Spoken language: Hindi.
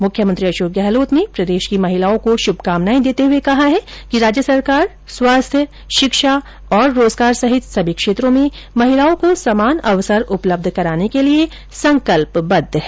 मुख्यमंत्री अशोक गहलोत ने प्रदेश की महिलाओं को शुभकामनाएं देते हुए कहा है कि राज्य सरकार स्वास्थ्य शिक्षा रोजगार सहित सभी क्षेत्रों में महिलाओं को समान अवसर उपलब्ध कराने के लिए संकल्पबद्ध है